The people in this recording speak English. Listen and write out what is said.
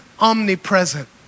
omnipresent